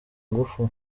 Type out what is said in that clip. ngufu